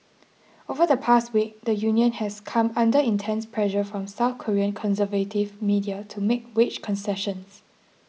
over the past week the union has come under intense pressure from South Korean conservative media to make wage concessions